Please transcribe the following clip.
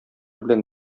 белән